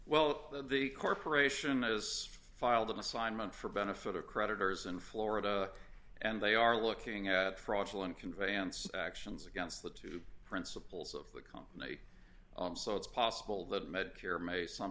well the corporation has filed an assignment for benefit of creditors in florida and they are looking at fraudulent conveyance actions against the two principles of the company so it's possible that